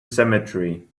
cemetery